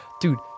Dude